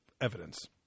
evidence